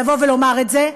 לבוא ולומר את זה.